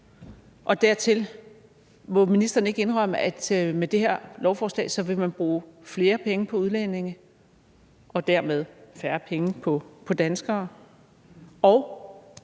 jeg spørge: Må ministeren ikke indrømme, at med det her lovforslag vil man bruge flere penge på udlændinge og dermed færre penge på danskere?